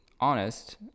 honest